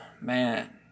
man